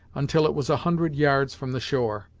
until it was a hundred yards from the shore.